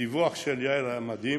והדיווח של יעל היה מדהים,